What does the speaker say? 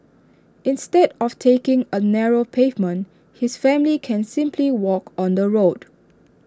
instead of taking A narrow pavement his family can simply walk on the road